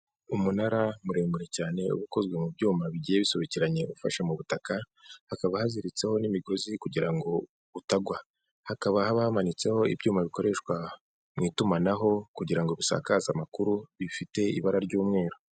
Umunara muremure cyane ukozwe mu byuma bigiye bisobekeranye ufashe mu butaka, hakaba haziritseho n'imigozi kugira ngo utagwa. Hakaba haba hamanitseho ibyuma bikoreshwa mu itumanaho kugira ngo bisakaze amakuru, bifite ibara ry'umweru.